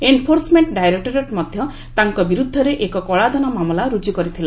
enforcement directorate ମଧ୍ୟ ତାଙ୍କ ବିରୁଦ୍ଧରେ ଏକ କଳାଧନ ମାମଲା ରୁଜୁ କରିଥିଲା